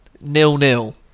nil-nil